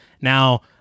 Now